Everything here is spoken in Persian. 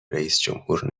رییسجمهور